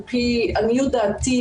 על פי עניות דעתי,